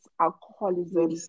alcoholism